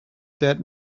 dead